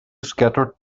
scattered